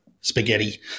spaghetti